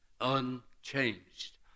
unchanged